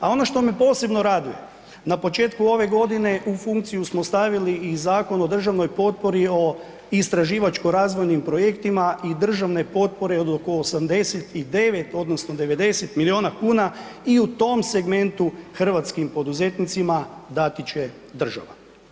A ono što me posebno raduje na početku ove godine u funkciju smo stavili i Zakon o državnoj potpori o istraživačko razvojnim projektima i državne potpore od oko 89, odnosno 90 milijuna kuna i u tom segmentu hrvatskim poduzetnicima dati će država.